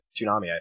tsunami